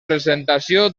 presentació